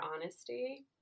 honesty